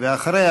ואחריה,